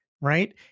right